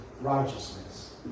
righteousness